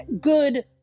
good